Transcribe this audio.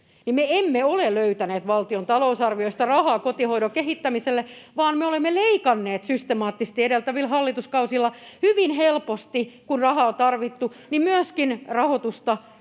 emme ole löytäneet valtion talousarviosta rahaa kotihoidon kehittämiselle vaan me olemme leikanneet systemaattisesti edeltävillä hallituskausilla hyvin helposti, kun rahaa on tarvittu, myöskin rahoitusta